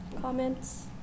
Comments